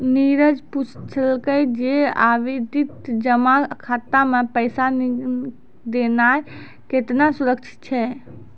नीरज पुछलकै जे आवर्ति जमा खाता मे पैसा देनाय केतना सुरक्षित छै?